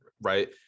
right